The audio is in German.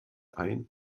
ein